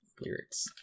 lyrics